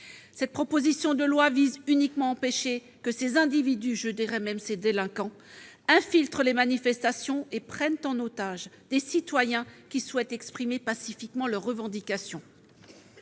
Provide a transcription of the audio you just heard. Cette proposition de loi vise uniquement à empêcher que ces individus, je dirais même ces délinquants, infiltrent les manifestations et prennent en otage des citoyens qui souhaitent exprimer pacifiquement leurs revendications.